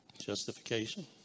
Justification